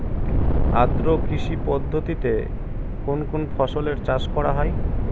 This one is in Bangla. আদ্র কৃষি পদ্ধতিতে কোন কোন ফসলের চাষ করা হয়?